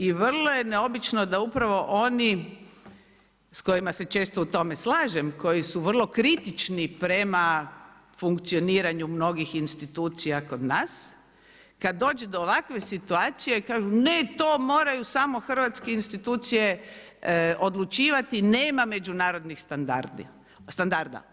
I vrlo je neobično da upravo oni sa kojima se često u tome slažem koji su vrlo kritični prema funkcioniranju mnogih institucija kod nas, kad dođe do ovakve situacije kažu ne to moraju samo hrvatske institucije odlučivati, nema međunarodnih standarda.